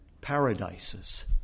paradises